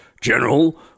general